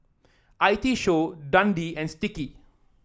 I T Show Dundee and Sticky